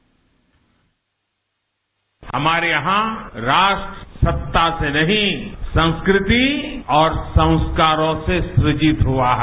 bite हमारे यहां राष्ट्र सत्ता से नहीं संस्कृति और संस्कारों से सूजित हुआ है